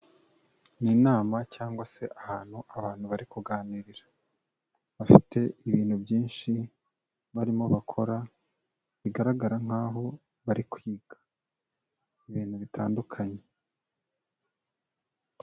Ni inama cyangwa se ahantu abantu bari kuganirira. Bafite ibintu byinshi barimo bakora bigaragara nkaho bari kwiga ibintu bitandukanye.